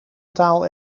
taal